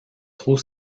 trop